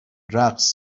رقص